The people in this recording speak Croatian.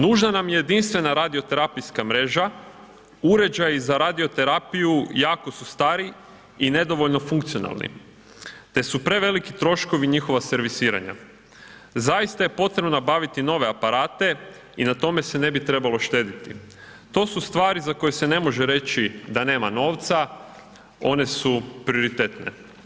Nužna nam je jedinstvena radio terapijska mreža, uređaji za radio terapiju jako su stari i nedovoljno funkcionalni, te su preveliki troškovi njihova servisiranja, zaista je potrebno nabaviti nove aparate i na tome se ne bi trebalo štediti, to su stvari za koje se ne može reći da nema novca, one su prioritetne.